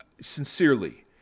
Sincerely